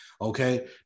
Okay